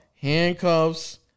handcuffs